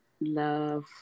love